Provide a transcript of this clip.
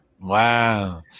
wow